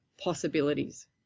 possibilities